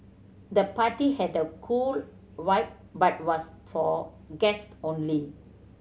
the party had a cool vibe but was for guest only